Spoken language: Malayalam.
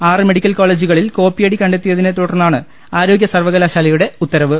ആറ് മെഡിക്കൽ കോളേജുകളിൽ കോപ്പിയടി കണ്ടെത്തിയതിനെ തുടർന്നാണ് ആരോഗ്യ സർവകലാശാലയുടെ ഉത്തരവ്